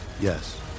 Yes